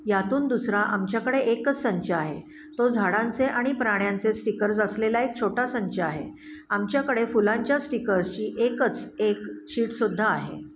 यातून दुसरा आमच्याकडे एकच संच आहे तो झाडांचे आणि प्राण्यांचे स्टिकर्स असलेला एक छोटा संच आहे आमच्याकडे फुलांच्या स्टिकर्सची एकच एक शीटसुद्धा आहे